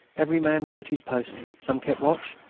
every man was at his post some kept watch,